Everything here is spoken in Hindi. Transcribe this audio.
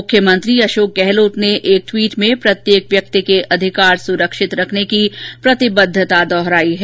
मुख्यमंत्री अशोक गहलोत ने एक ट्वीट में प्रत्येक व्यक्ति के अधिकार सुरक्षित रखने की प्रतिबद्धता दोहराई है